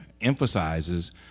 emphasizes